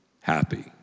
happy